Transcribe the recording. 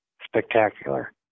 spectacular